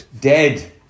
dead